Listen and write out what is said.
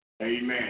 Amen